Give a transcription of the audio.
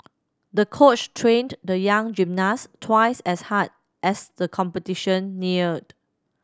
the coach trained the young gymnast twice as hard as the competition neared